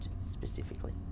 specifically